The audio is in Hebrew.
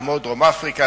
כמו דרום-אפריקה,